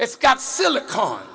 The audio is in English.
it's got silicone